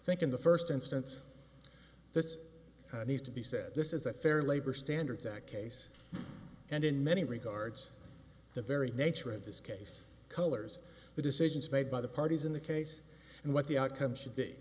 think in the first instance this needs to be said this is a fair labor standards act case and in many regards the very nature of this case colors the decisions made by the parties in the case and what the outcome should be